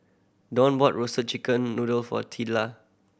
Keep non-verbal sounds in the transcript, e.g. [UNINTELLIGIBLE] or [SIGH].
Donn bought Roasted Chicken Noodle for [UNINTELLIGIBLE]